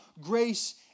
grace